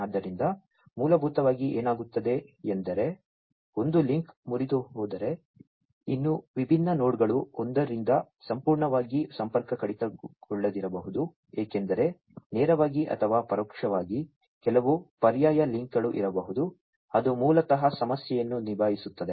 ಆದ್ದರಿಂದ ಮೂಲಭೂತವಾಗಿ ಏನಾಗುತ್ತದೆ ಎಂದರೆ ಒಂದು ಲಿಂಕ್ ಮುರಿದುಹೋದರೆ ಇನ್ನೂ ವಿಭಿನ್ನ ನೋಡ್ಗಳು ಒಂದರಿಂದ ಸಂಪೂರ್ಣವಾಗಿ ಸಂಪರ್ಕ ಕಡಿತಗೊಳ್ಳದಿರಬಹುದು ಏಕೆಂದರೆ ನೇರವಾಗಿ ಅಥವಾ ಪರೋಕ್ಷವಾಗಿ ಕೆಲವು ಪರ್ಯಾಯ ಲಿಂಕ್ಗಳು ಇರಬಹುದು ಅದು ಮೂಲತಃ ಸಮಸ್ಯೆಯನ್ನು ನಿಭಾಯಿಸುತ್ತದೆ